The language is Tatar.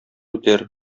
үтәр